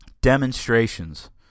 demonstrations